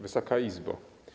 Wysoka Izbo!